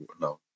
No